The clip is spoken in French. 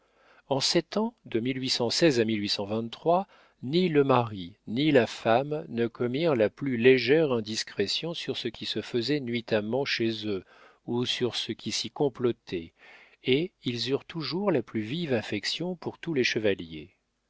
en sept ans de à ni le mari ni la femme ne commirent la plus légère indiscrétion sur ce qui se faisait nuitamment chez eux ou sur ce qui s'y complotait et ils eurent toujours la plus vive affection pour tous les chevaliers